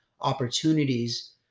opportunities